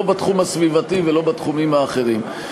לא בתחום הסביבתי ולא בתחומים אחרים.